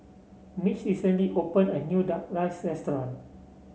Mitch recently opened a new Duck Rice Restaurant